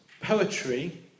poetry